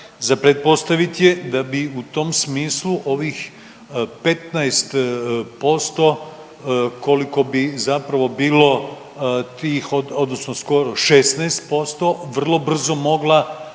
za pretpostaviti je da bi u tom smislu ovih 15% koliko bi zapravo bilo tih odnosno skoro 16% vrlo brzo mogla